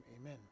Amen